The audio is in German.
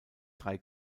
drei